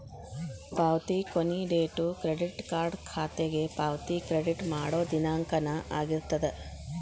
ಪಾವತಿ ಕೊನಿ date credit card ಖಾತೆಗೆ ಪಾವತಿ ಕ್ರೆಡಿಟ್ ಮಾಡೋ ದಿನಾಂಕನ ಆಗಿರ್ತದ